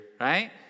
Right